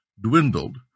dwindled